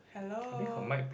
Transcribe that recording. hello